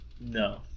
No